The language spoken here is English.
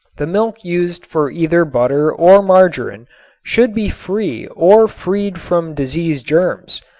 the milk used for either butter or margarin should be free or freed from disease germs.